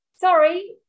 Sorry